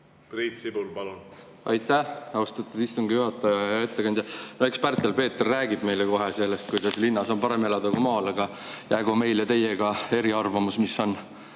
Priit Sibul, palun! Aitäh, austatud istungi juhataja! Hea ettekandja! Eks Pärtel-Peeter räägib meile kohe sellest, kuidas linnas on parem elada kui maal. Aga jäägu meile teiega eriarvamus, mis on,